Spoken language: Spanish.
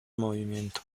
movimiento